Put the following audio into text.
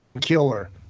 killer